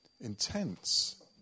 intense